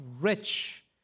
rich